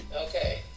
okay